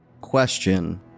Question